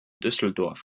düsseldorf